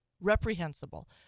Reprehensible